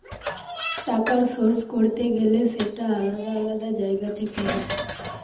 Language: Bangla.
টাকার সোর্স করতে গেলে সেটা আলাদা আলাদা জায়গা থেকে হয়